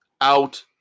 out